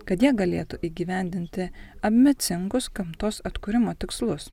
kad jie galėtų įgyvendinti ambicingus gamtos atkūrimo tikslus